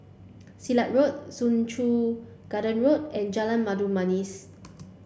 Silat Road Soo Chow Garden Road and Jalan Mabu Manis